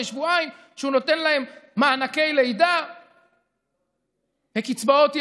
שבועיים שהוא נותן להם מענקי לידה וקצבאות ילדים,